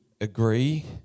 agree